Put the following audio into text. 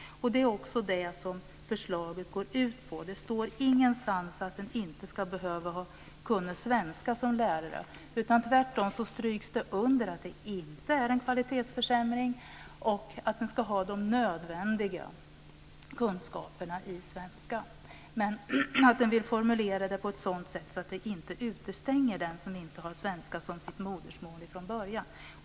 Det är också det som förslaget går ut på. Det står ingenstans att man inte ska behöva kunna svenska som lärare, utan tvärtom stryks det under att det inte är en kvalitetsförsämring och att man ska ha de nödvändiga kunskaperna i svenska, men att man vill formulera det på ett sådant sätt att man inte utestänger den som inte har svenska som sitt modersmål från början.